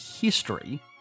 history